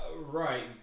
Right